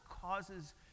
causes